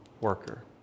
worker